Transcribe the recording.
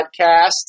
Podcast